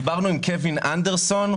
דיברנו עם קווין אנדרסון,